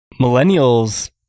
Millennials